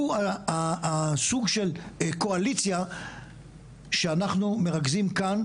הוא הסוג של קואליציה שאנחנו מרכזים כאן,